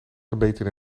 gemeten